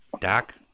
Doc